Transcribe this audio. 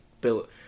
built